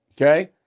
Okay